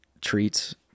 treats